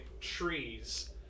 trees